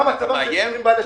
אתה מאיים?